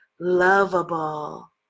Lovable